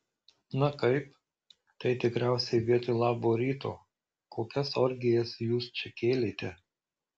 na kaip tai tikriausiai vietoj labo ryto kokias orgijas jūs čia kėlėte